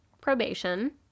probation